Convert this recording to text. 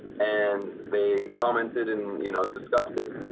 and they commented and you know discussed it,